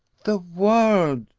the world!